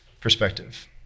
perspective